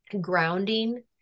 grounding